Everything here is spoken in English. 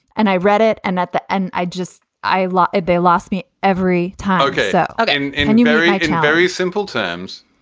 and i read it. and at the end, i just i lost it. they lost me every time so and and i knew very, very simple terms.